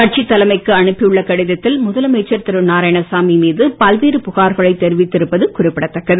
கட்சி தலைமைக்கு அனுப்பியுள்ள கடிதத்தில் முதலமைச்சர் திரு நாராயணசாமி மீது பல்வேறு புகார்களை தெரிவித்திருப்பது குறிப்பிடதக்கது